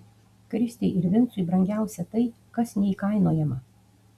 kristei ir vincui brangiausia tai kas neįkainojama